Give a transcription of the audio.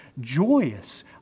joyous